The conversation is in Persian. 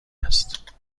هست